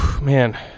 Man